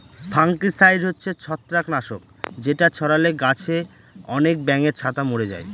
fungicide হচ্ছে ছত্রাক নাশক যেটা ছড়ালে গাছে আনেক ব্যাঙের ছাতা মোরে যায়